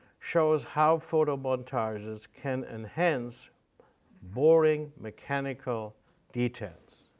shows how photomontages can enhance boring mechanical details.